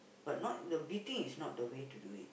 but not the beating is not the way to do it